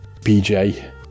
bj